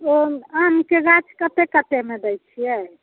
ओ आमके गाछ कते कतेमे दय छियै